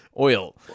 oil